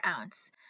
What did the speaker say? ounce